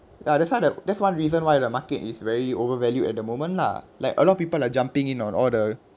that's why the that's one reason why the market is very overvalue at the moment lah like a lot of people are jumping in on all the